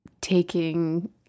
taking